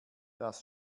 das